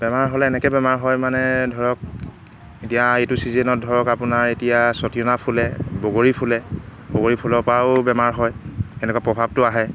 বেমাৰ হ'লে এনেকৈ বেমাৰ হয় মানে ধৰক এতিয়া এইটো ছিজনত ধৰক আপোনাৰ এতিয়া ছটিয়না ফুলে বগৰী ফুলে বগৰী ফুলৰপৰাও বেমাৰ হয় এনেকুৱা প্ৰভাৱটো আহে